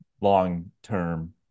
long-term